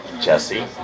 Jesse